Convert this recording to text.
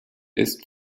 ist